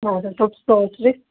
ಸಲ್ಪ್ ತೋರ್ಸಿ ರೀ